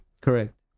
Correct